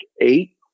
eight